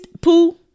Pooh